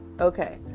Okay